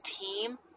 team